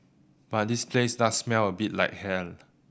but this place does smell a bit like hell